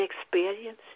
experience